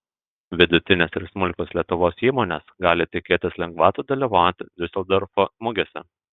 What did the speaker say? vidutinės ir smulkios lietuvos įmonės gali tikėtis lengvatų dalyvaujant diuseldorfo mugėse